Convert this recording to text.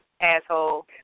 asshole